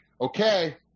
okay